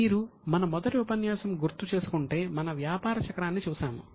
మీరు మన మొదటి ఉపన్యాసం గుర్తు చేసుకుంటే మనం వ్యాపార చక్రాన్ని చూశాము